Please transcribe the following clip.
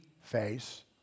face